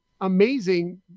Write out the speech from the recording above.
amazing